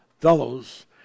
fellows